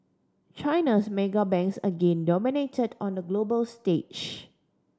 China's mega banks again dominated on the global stage